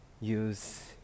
use